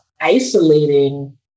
isolating